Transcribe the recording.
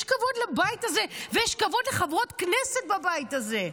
יש כבוד לבית הזה ויש כבוד לחברות כנסת בבית הזה.